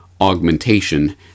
augmentation